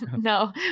No